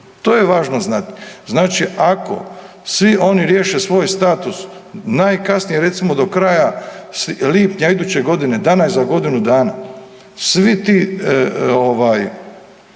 to je važno znati. Znači, ako svi oni riješe svoj status najkasnije recimo do kraja lipnja iduće godine, danas za godinu dana, svi ti